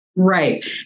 Right